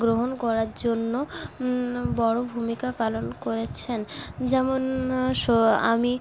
গ্রহণ করার জন্য বড় ভূমিকা পালন করেছেন যেমন আমি